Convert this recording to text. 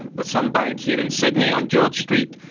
with some bank here in sydney on george street,